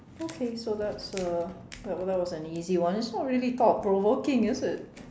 okay so that's uh that was that was an easy one it's not really thought provoking is it